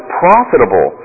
profitable